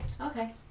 Okay